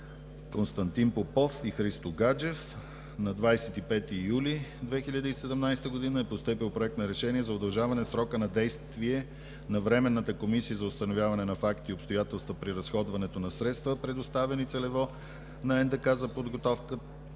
Константин Попов и Христо Гаджев. На 25 юли 2017 г. е постъпил Проект на решение за удължаване срока на действие на Временната комисия за установяване на факти и обстоятелства при разходването на средства, предоставени целево, на НДК за подготовка